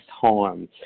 harm